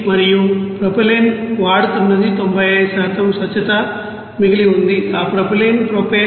మరియు ప్రొపైలిన్ వాడుతున్నది 95 స్వచ్ఛత మిగిలి ఉంది ఆ ప్రొపైలిన్ ప్రొపేన్